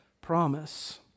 promise